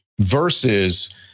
Versus